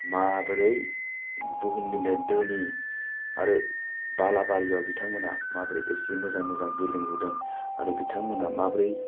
माबोरै बुहुमनिनो धोनि आरो बालाबारियाव बिथांमोना माबोरै इसि मोजां मोजां बिल्डिं लुदों आरो बिथांमोना माब्रै